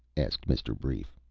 asked mr. brief.